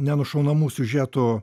neužšaunamų siužetų